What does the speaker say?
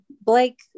Blake